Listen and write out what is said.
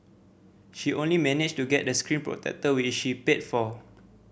she only managed to get a screen protector which she paid for